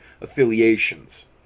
affiliations